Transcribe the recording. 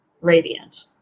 radiant